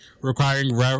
requiring